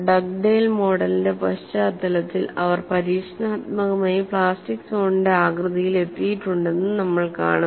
Dugdale മോഡലിന്റെ പശ്ചാത്തലത്തിൽ അവർ പരീക്ഷണാത്മകമായി പ്ലാസ്റ്റിക് സോണിന്റെ ആകൃതിയിൽ എത്തിയിട്ടുണ്ടെന്നും നമ്മൾ കാണും